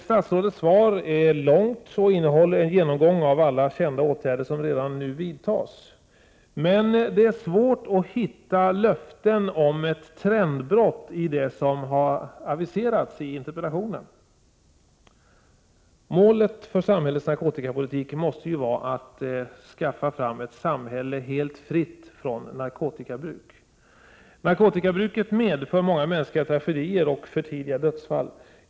Statsrådets svar är långt och innehåller en genomgång av alla kända åtgärder som redan nu vidtas, men det är svårt att hitta löften om ett trendbrott i det som har aviserats i interpellationssvaret. Målet för samhällets narkotikapolitik måste vara ett samhälle helt fritt från narkotikabruk. Narkotikabruket medför många mänskliga tragedier och för tidiga dödsfall.